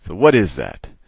what is that?